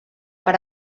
per